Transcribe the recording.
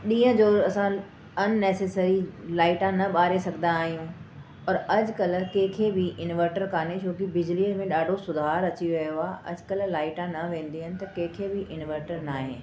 ॾींहं जो असां अननेसेसरी लाइटा न ॿारे सघंदा आहियूं पर अॼुकल्ह कंहिंखे बि इनवर्टर काने छोकी बिजलीअ में ॾाढो सुधार अची वयो आहे अॼुकल्ह लाइटा न वेदियूं आहिनि त कंहिंखे भी इनवर्टर न आहे